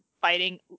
fighting